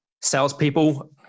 salespeople